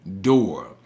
door